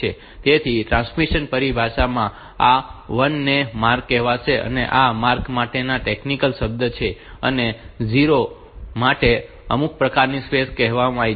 તેથી ટ્રાન્સમિશન પરિભાષામાં આ 1 ને માર્ક કહેવાશે અને આ માર્ક માટેનો ટેકનિકલ શબ્દ છે અને 0 માટે અમુક પ્રકારની સ્પેસ કહેવાય છે